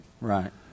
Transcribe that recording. Right